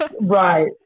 Right